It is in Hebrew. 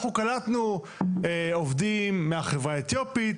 אנחנו קלטנו עובדים מהחברה האתיופית,